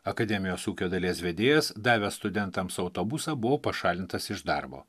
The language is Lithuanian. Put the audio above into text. akademijos ūkio dalies vedėjas davęs studentams autobusą buvo pašalintas iš darbo